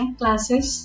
classes